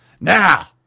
Now